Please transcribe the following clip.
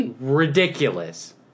ridiculous